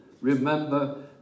remember